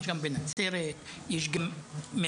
יש גם בנצרת,